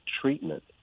treatment